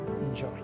Enjoy